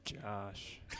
Josh